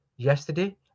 yesterday